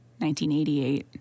1988